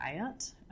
diet